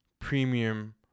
premium